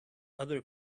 other